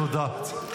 תודה.